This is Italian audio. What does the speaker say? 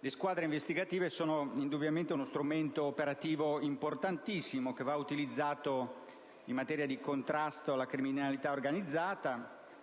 Le squadre investigative comuni sono indubbiamente uno strumento operativo di estrema importanza, da utilizzare in materia di contrasto alla criminalità organizzata